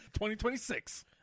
2026